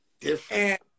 Different